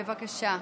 בבקשה.